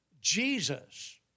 Jesus